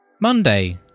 Monday